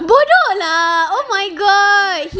bodoh lah oh my god he